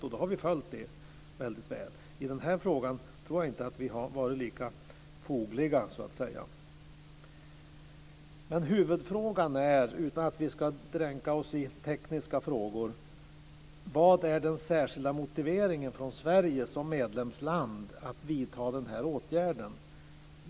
Och då har vi följt det väldigt väl. I den här frågan tror jag inte att vi har varit lika fogliga. Huvudfrågan är, utan att vi dränker oss i tekniska funderingar: Vilken är den särskilda motiveringen från Sverige som medlemsland för att vidta den här åtgärden?